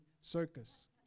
Circus